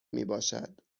میباشد